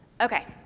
okay